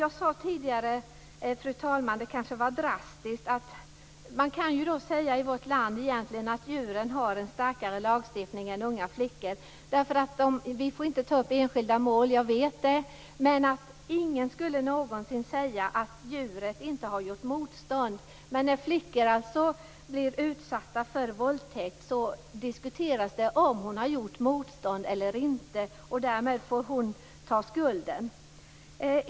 Jag sade tidigare - det kanske var drastiskt - att man kan säga att vi i vårt land egentligen har en starkare lagstiftning för djur än för unga flickor. Vi får inte ta upp enskilda mål, det vet jag. Men ingen skulle någonsin säga att djuret inte har gjort motstånd. Men när flickor blir utsatta för våldtäkt diskuteras om hon gjort motstånd eller inte. Därmed får de ta skulden.